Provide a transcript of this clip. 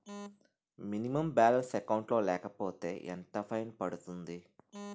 Minimum balance account లో లేకపోతే ఎంత ఫైన్ పడుతుంది?